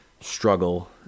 struggle